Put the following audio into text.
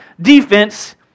defense